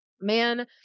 Man